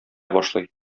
башлый